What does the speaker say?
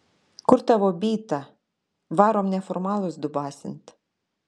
kur tavo byta varom neformalus dubasint